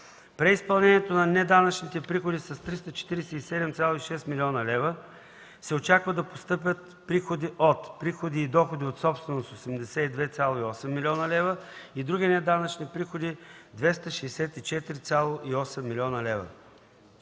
Преизпълнението на неданъчните приходи с 347,6 млн. лв. се очаква да постъпи от: приходи и доходи от собственост – 82,8 млн. лв., и от други неданъчни приходи – 264,8 млн. лв.